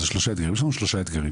יש לנו שלושה אתגרים.